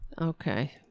Okay